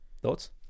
Thoughts